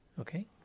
Okay